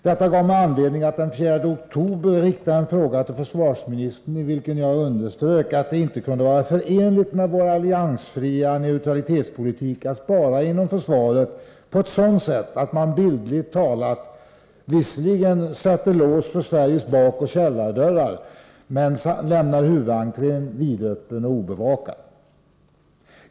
Detta gav mig anledning att den 4 oktober rikta en fråga till försvarsministern i vilken jag underströk att det inte kunde vara förenligt med vår alliansfria neutralitetspolitik att spara inom försvaret på ett sådant sätt att man bildligt talat visserligen sätter lås för Sveriges bakoch källardörrar men lämnar huvudentrén vidöppen och obevakad.